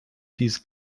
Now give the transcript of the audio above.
dies